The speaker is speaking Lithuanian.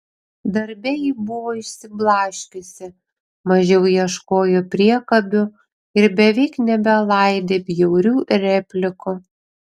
darbe ji buvo išsiblaškiusi mažiau ieškojo priekabių ir beveik nebelaidė bjaurių replikų